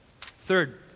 Third